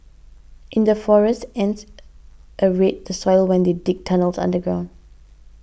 in the forests ants aerate the soil when they dig tunnels underground